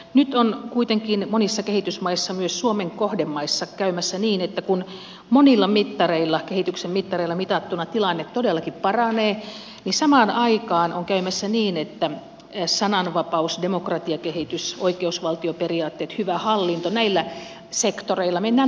nyt on kuitenkin monissa kehitysmaissa myös suomen kohdemaissa käymässä niin että samaan aikaan kun monilla kehityksen mittareilla mitattuna tilanne todellakin paranee ja samaan aikaan on käymässä niin sananvapauden demokratiakehityksen oikeusvaltioperiaatteiden hyvän hallinnon sektoreilla mennään taaksepäin